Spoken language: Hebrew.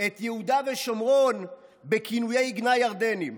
את יהודה ושומרון בכינויי גנאי ירדניים.